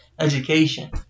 education